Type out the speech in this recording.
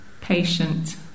patient